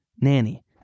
Nanny